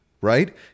right